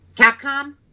Capcom